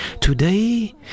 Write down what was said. Today